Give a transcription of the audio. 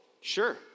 sure